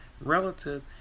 relative